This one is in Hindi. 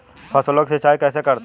फसलों की सिंचाई कैसे करते हैं?